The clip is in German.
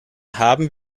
haben